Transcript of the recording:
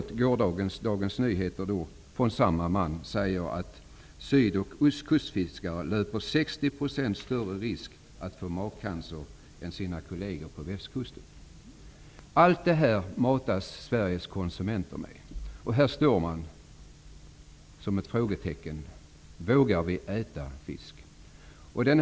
I gårdagens Dagens Nyheter säger samme man att Syd och Ostkustfiskare löper 60 % större risk att få magcancer än deras kolleger på Allt detta matas Sveriges konsumenter med. Här står man som ett frågetecken: Vågar vi äta fisk?